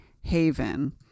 Haven